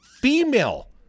female